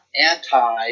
anti